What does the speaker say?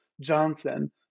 Johnson